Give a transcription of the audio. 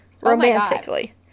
romantically